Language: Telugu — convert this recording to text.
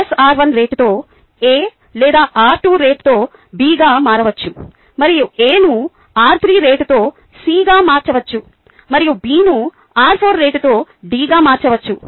S r1 రేటుతో A లేదా r2 రేటుతో B గా మారవచ్చు మరియు A ను r3 రేటుతో C గా మార్చవచ్చు మరియు B ను r4 రేటుతో D గా మార్చవచ్చు